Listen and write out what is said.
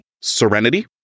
Serenity